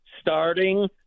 starting